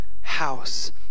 house